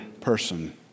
person